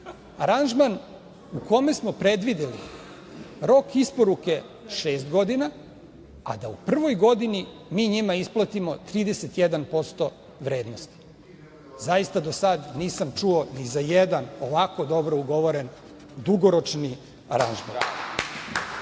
aranžman u kome smo predvideli rok isporuke šest godina, a da u prvoj godini mi njima isplatimo 31% vrednosti. Zaista do sada nisam čuo ni za jedan ovako dobro ugovoren dugoročni aranžman. Upravo